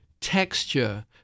texture